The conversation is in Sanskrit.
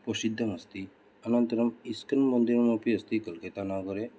प्रसिद्धमस्ति अनन्तरम् इस्कान् मन्दिरमपि अस्ति कल्कत्तानगरे